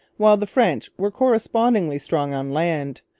while the french were correspondingly strong on land,